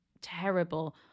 terrible